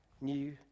new